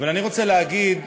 אבל אני רוצה להגיד,